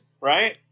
right